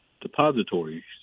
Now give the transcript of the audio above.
depositories